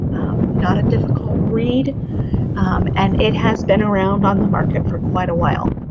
not a difficult read and it has been around on the market for quite a while.